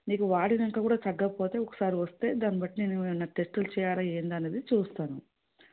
నీకు వాడినాక కూడా తగ్గకపోతే ఒకసారి వస్తే దాన్ని బట్టి నేను ఏమైన టెస్టులు చేయాల ఏంది అనేది చూస్తాను